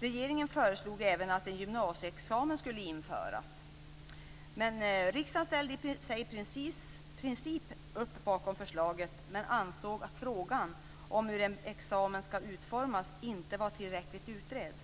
Regeringen föreslog även att en gymnasieexamen skulle införas. Riksdagen ställde sig i princip bakom förslaget men ansåg att frågan om hur en examen ska utformas inte var tillräckligt utredd.